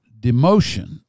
demotion